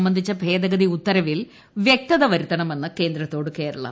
സംബന്ധിച്ച ഭേദഗ്തി ഉത്തരവിൽ വ്യക്തത വരുത്തണമെന്ന് കേന്ദ്രത്തോട് കേരളം